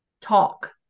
talk